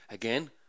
Again